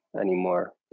anymore